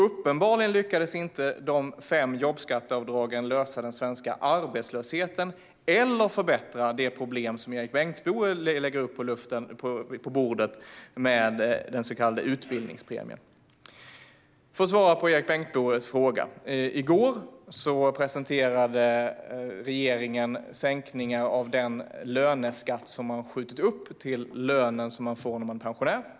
Uppenbarligen lyckades inte de fem jobbskatteavdragen lösa den svenska arbetslösheten eller förbättra det problem som Erik Bengtzboe lägger upp på bordet med den så kallade utbildningspremien. För att svara på Erik Bengtzboes fråga: I går presenterade regeringen sänkningar av den löneskatt som man har skjutit upp till lönen som man får när man är pensionär.